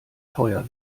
teuer